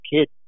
kid